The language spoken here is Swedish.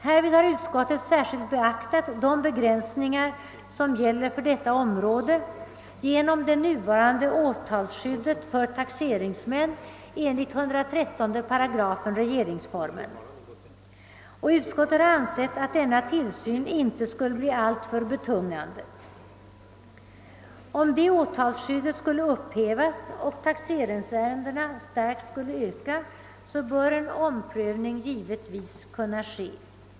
Härvid har utskottet särskilt beaktat de begränsningar som gäller på detta område genom det nuvarande åtalsskyddet för taxeringsmän enligt § 113 regeringsformen, och utskottet har ansett att denna tillsyn inte skulle bli alltför betungande. Om detta åtalsskydd skulle upphävas och taxeringsärendena starkt skulle öka, bör en omprövning givetvis ske.